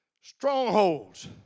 Strongholds